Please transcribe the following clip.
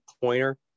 pointer